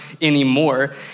anymore